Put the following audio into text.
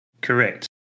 Correct